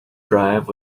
drive